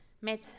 met